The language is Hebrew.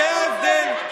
זה ההבדל.